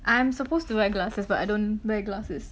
I am supposed to wear glasses but I don't wear glasses